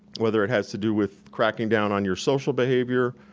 whether it has to do with cracking down on your social behavior,